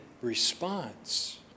response